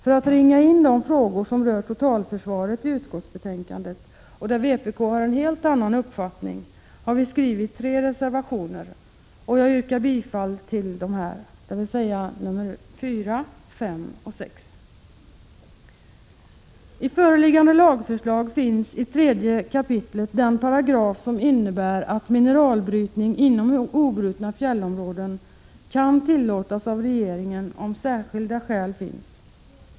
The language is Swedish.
För att ringa in de frågor som i utskottsbetänkandet rör totalförsvaret, där vpk har en helt annan uppfattning, har vi skrivit tre reservationer. Jag yrkar bifall till dessa, dvs. till reservationerna 4, 5 och 6. I föreliggande lagförslag finns i tredje kapitlet en paragraf som innebär att mineralbrytning inom obrutna fjällområden kan tillåtas av regeringen, om särskilda skäl finns.